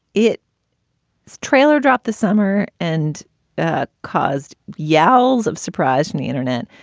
it is trailer dropped the summer and that caused yells of surprise in the internet.